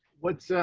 what's,